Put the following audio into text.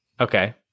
Okay